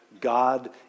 God